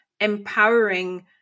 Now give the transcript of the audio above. empowering